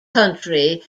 country